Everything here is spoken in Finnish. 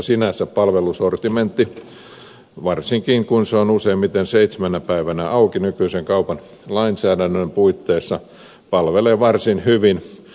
sinänsä palvelusortimentti varsinkin kun se on useimmiten seitsemänä päivänä auki nykyisen kaupan lainsäädännön puitteissa palvelee varsin hyvin